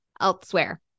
elsewhere